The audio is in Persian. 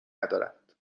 ندارد